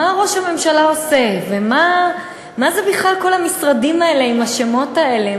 מה ראש הממשלה עושה ומה זה בכלל כל המשרדים האלה עם השמות האלה?